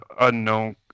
unknown